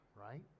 right